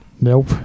Nope